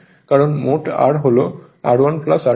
কারণ মোট R হল R1 R2